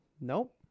Nope